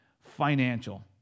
financial